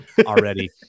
already